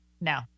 No